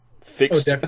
fixed